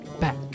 back